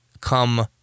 come